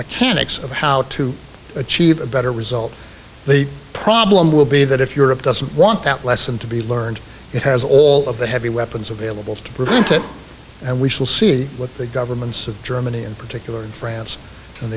mechanics of how to achieve a better result the problem will be that if europe doesn't want that lesson to be learned it has all of the heavy weapons available to prevent it and we shall see what the governments of germany in particular france and